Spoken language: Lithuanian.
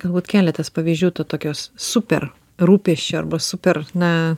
galbūt keletas pavyzdžių to tokio super rūpesčio arba super na